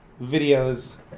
videos